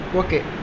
okay